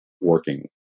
working